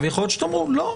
יכול להיות שתאמרו: לא,